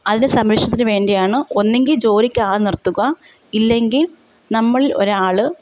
അതിന്റെ സംരക്ഷണത്തിനു വേണ്ടിയാണ് ഒന്നെങ്കിൽ ജോലിക്ക് ആളെ നിര്ത്തുക ഇല്ലെങ്കില് നമ്മളില് ഒരാൾ